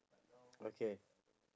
okay